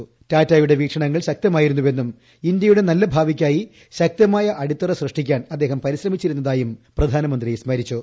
ജംഷഡ്ജി റ്റാറ്റ യുടെ വീക്ഷണങ്ങൾ കാര്യം ശക്തമായിരുന്നുവെന്നും ഇന്ത്യയുടെ നല്ല ഭാവിയ്ക്കായി ശക്തമായ അടിത്തറ സൃഷ്ടിക്കാൻ അദ്ദേഹം പരിശ്രമിച്ചിരുന്നതായും പ്രധാനമന്ത്രി സ്മരിച്ചു